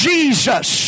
Jesus